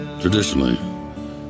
Traditionally